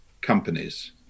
companies